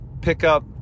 pickup